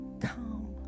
Come